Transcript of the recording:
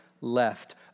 left